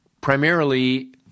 primarily